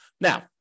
Now